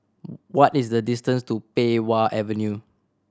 what is the distance to Pei Wah Avenue